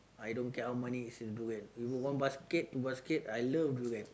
I don't count money into it if you one basket two basket I love durian